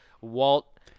Walt